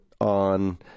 on